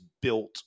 built